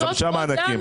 שלושה מענקים.